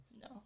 No